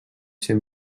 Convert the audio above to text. ser